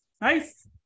nice